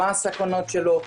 מה הסכנות שלו,